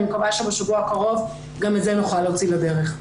מקווה שבשבוע הקרוב גם את זה נוכל להוציא לדרך.